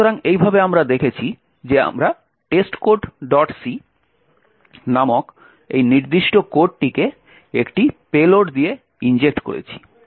সুতরাং এইভাবে আমরা দেখেছি যে আমরা testcodec নামক এই নির্দিষ্ট কোডটিকে একটি পেলোড দিয়ে ইনজেক্ট করেছি